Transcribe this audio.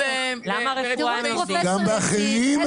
תראו את פרופ' יציב,